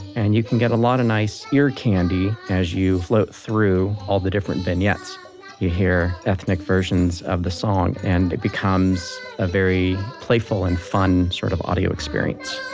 and you can get a lot of nice ear candy as you float through all the different vignettes you hear ethnic versions of the song, and it becomes a very playful and fun sort of audio experience